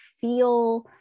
feel